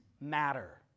matter